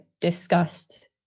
discussed